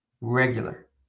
regular